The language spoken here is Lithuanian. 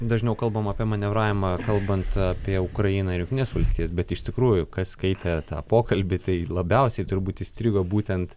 dažniau kalbam apie manevravimą kalbant apie ukrainą ir jungtines valstijas bet iš tikrųjų kas skaitė tą pokalbį tai labiausiai turbūt įstrigo būtent